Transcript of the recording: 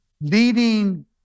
leading